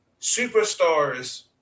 superstars